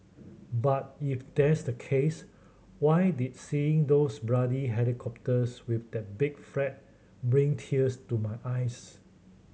but if that's the case why did seeing those bloody helicopters with that big flag bring tears to my eyes